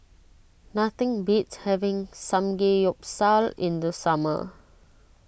nothing beats having Samgeyopsal in the summer